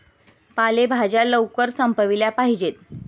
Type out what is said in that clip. पालेभाज्या लवकर संपविल्या पाहिजेत